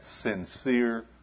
sincere